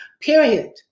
period